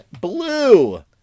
Blue